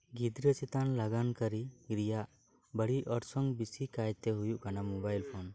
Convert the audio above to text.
ᱜᱤᱫᱽᱨᱟᱹ ᱪᱮᱛᱟᱱ ᱞᱟᱜᱟᱱ ᱠᱟᱹᱨᱤ ᱨᱮᱭᱟᱜ ᱵᱟᱹᱲᱤᱡ ᱚᱨᱥᱚᱝ ᱵᱤᱥᱤ ᱠᱟᱭᱛᱮ ᱦᱩᱭᱩᱜ ᱠᱟᱱᱟ ᱢᱚᱵᱟᱭᱤᱞ ᱯᱷᱳᱱ